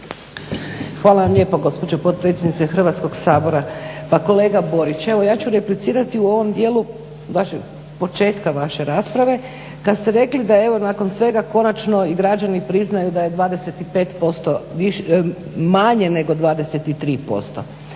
Hvala vam lijepo gospođo potpredsjednice Hrvatskog sabora. Pa kolega Borić, evo ja ću replicirati u ovom dijelu početka vaše rasprave kad ste rekli da evo nakon svega konačno i građani priznaju da je 25% manje nego 23%.